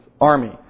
army